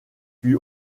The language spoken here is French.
fut